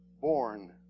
born